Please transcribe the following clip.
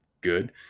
good